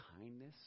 kindness